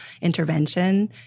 intervention